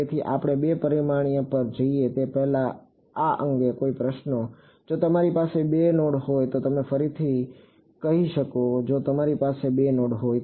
તેથી આપણે બે પરિમાણ પર જઈએ તે પહેલાં આ અંગેના કોઈપણ પ્રશ્નો જો તમારી પાસે બે નોડ હોય તો તમે ફરીથી કહી શકો કે જો તમારી પાસે 2 નોડ હોય